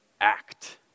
act